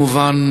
כמובן,